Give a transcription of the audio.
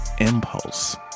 Impulse